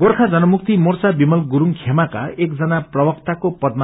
गोर्खा जनमुक्ति मोर्चा विमल गुरूङ खेमाका एक जना प्रवक्ता